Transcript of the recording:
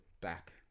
back